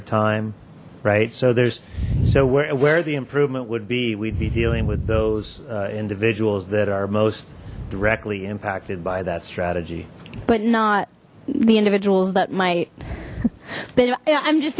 of time right so there's so we're aware the improvement would be we'd be dealing with those individuals that are most directly impacted by that strategy but not the individuals that might but i'm just